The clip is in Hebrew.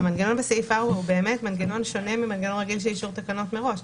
המנגנון בסעיף 4 הוא שונה ממנגנון רגיל של אישור תקנות מראש.